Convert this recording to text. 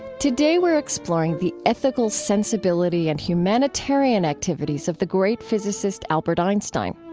today, we're exploring the ethical sensibility and humanitarian activities of the great physicist albert einstein